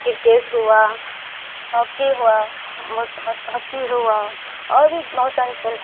cricket ہوا hockey ہوا hockey ہوا اور بھی بہت سارے کھیل کو